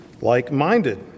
like-minded